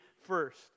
first